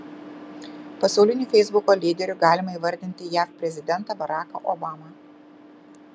pasauliniu feisbuko lyderiu galima įvardyti jav prezidentą baraką obamą